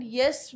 yes